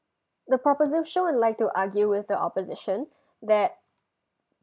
the proposition would like to argue with the opposition that